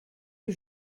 que